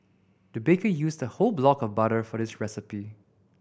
the baker used a whole block of butter for this recipe